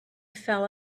fell